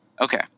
Okay